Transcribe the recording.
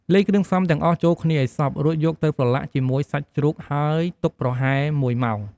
លាយគ្រឿងផ្សំទាំងអស់ចូលគ្នាឱ្យសព្វ រួចយកទៅប្រឡាក់ជាមួយសាច់ជ្រូក ហើយទុកប្រហែល ១ ម៉ោង។